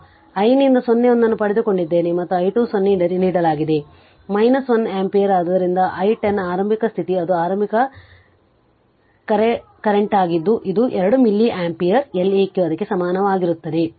ಆದ್ದರಿಂದ i ನಿಂದ 0 1 ಅನ್ನು ಪಡೆದುಕೊಂಡಿದ್ದೇನೆ ಮತ್ತು i 2 0 ನೀಡಲಾಗಿದೆ 1 ಆಂಪಿಯರ್ ಆದ್ದರಿಂದ i 1 0 ಆರಂಭಿಕ ಸ್ಥಿತಿ ಅದು ಆರಂಭಿಕ ಕರೆಂಟ್ವಾಗಿದ್ದು ಅದು 2 ಮಿಲಿ ಆಂಪಿಯರ್ L eq ಅದಕ್ಕೆ ಸಮಾನವಾಗಿರುತ್ತದೆ